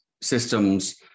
systems